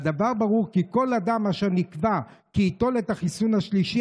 והדבר ברור כי כל אדם אשר נקבע כי ייטול את החיסון השלישי,